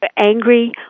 angry